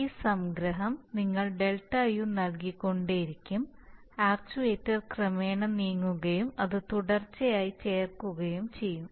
ഈ സംഗ്രഹം നിങ്ങൾ Δu നൽകിക്കൊണ്ടിരിക്കും ആക്ച്യുവേറ്റർ ക്രമേണ നീങ്ങുകയും അത് തുടർച്ചയായി ചേർക്കുകയും ചെയ്യും